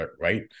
right